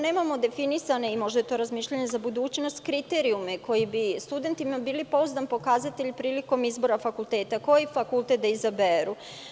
Nemamo definisane, možda je to razmišljanje za budućnost, kriterijume koji bi studentima bili pouzdan pokazatelj prilikom izbora fakulteta, koji fakultet da izaberu.